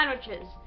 sandwiches